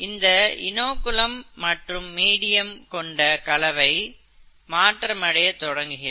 இந்த இநோகுலம் மற்றும் மீடியம் கொண்ட கலவை மாற்றமடைய தொடங்குகிறது